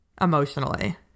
emotionally